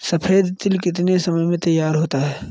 सफेद तिल कितनी समय में तैयार होता जाता है?